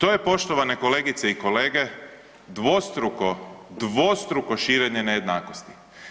To je poštovane kolegice i kolege, dvostruko, dvostruko širenje nejednakosti.